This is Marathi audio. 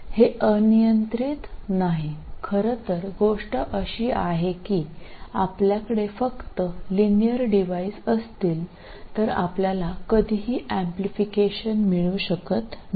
हे अनियंत्रित नाही खरं तर गोष्ट अशी आहे की आपल्याकडे फक्त लिनियर डिव्हाइस असतील तर आपल्याला कधीही एम्प्लिफिकेशन मिळू शकत नाही